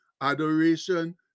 adoration